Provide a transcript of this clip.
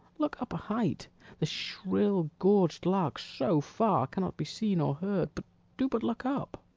look up a-height the shrill-gorg'd lark so far cannot be seen or heard do but look up.